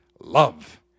love